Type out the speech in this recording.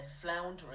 floundering